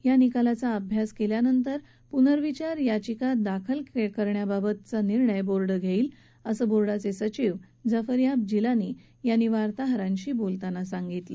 या निकालाचा अभ्यास केल्यानंतर पुनर्विचार याचिका दाखल करायची किंवा नाही याबाबतचा निर्णय बोर्ड घेईल असं बोर्डाचे सयिव जाफरयाब जिलानी यांनी वार्ताहरांशी बोलताना सांगितलं